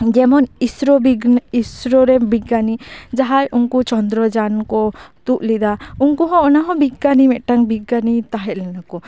ᱡᱮᱢᱚᱱ ᱤᱥᱨᱳ ᱵᱤᱜᱽᱜᱟᱱᱤ ᱤᱥᱨᱳ ᱨᱮᱱ ᱵᱤᱜᱽᱜᱟᱱᱤ ᱡᱟᱦᱟᱸᱭ ᱩᱱᱠᱩ ᱪᱚᱱᱫᱽᱨᱚ ᱡᱟᱱ ᱠᱚ ᱛᱩᱜ ᱞᱮᱫᱟ ᱩᱝᱠᱩ ᱦᱚᱸ ᱚᱱᱟ ᱦᱚᱸ ᱵᱤᱜᱽᱜᱟᱱᱤ ᱢᱤᱜᱴᱮᱱ ᱵᱤᱜᱽᱜᱟᱱᱤ ᱛᱟᱦᱮᱸᱜ ᱞᱮᱱᱟ ᱠᱚ